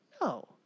No